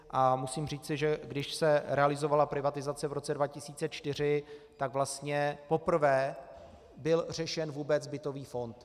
A musím říci, že když se realizovala privatizace v roce 2004, tak vlastně poprvé byl řešen vůbec bytový fond.